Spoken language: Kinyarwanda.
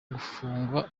gufungwa